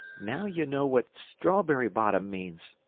now ye know what strawberry-bottom means.